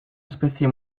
especie